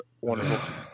wonderful